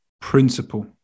principle